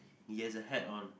he has a hat on